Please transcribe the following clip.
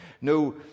No